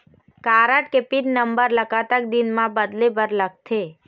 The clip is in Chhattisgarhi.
कारड के पिन नंबर ला कतक दिन म बदले बर लगथे?